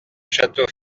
château